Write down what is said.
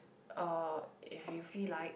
uh if you feel like